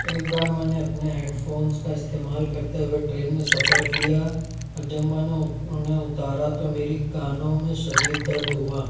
ایک بار میں نے اپنے ہیڈ فونس کا استعمال کرتے ہوئے ٹرین میں سفر کیا اور جب میں نے انہیں اتارا تو میری کانوں میں شدید درد ہوا